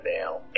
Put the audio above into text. now